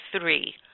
three